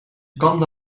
kamde